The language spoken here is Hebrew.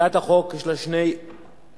הצעת החוק, יש לה שני עיקרים.